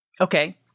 Okay